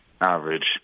average